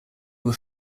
were